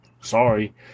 Sorry